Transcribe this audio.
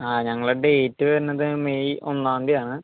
ആ ഞങ്ങളുടെ ഡേറ്റ് വരുന്നത് മെയ് ഒന്നാം തീയതിയാണ്